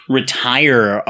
retire